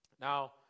Now